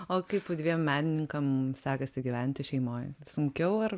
o kaip dviem menininkam sekasi gyventi šeimoj sunkiau ar